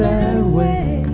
the other wa